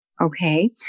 okay